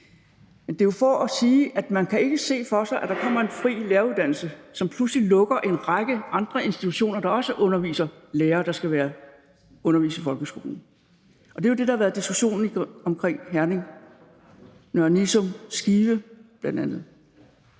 Men det er jo for at sige, at man ikke skal se for sig, at der kommer en fri læreruddannelse, som pludselig lukker en række andre institutioner, hvor man også underviser lærere, der skal undervise i folkeskolen. Det er jo det, der har været diskussionen i forbindelse med Herning,